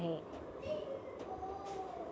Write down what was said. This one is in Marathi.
सध्या माझ्या खात्यात किती रक्कम आहे?